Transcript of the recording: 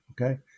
okay